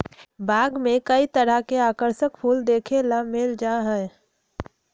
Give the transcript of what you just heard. बाग में कई तरह के आकर्षक फूल देखे ला मिल जा हई